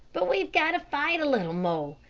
but we've got to fight a little more,